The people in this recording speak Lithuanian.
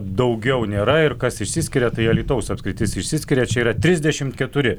daugiau nėra ir kas išsiskiria tai alytaus apskritis išsiskiria čia yra trisdešimt keturi